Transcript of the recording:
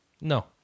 No